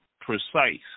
precise